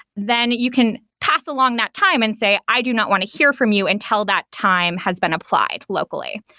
then you can pass along that time and say, i do not want to hear from you and until that time has been applied locally.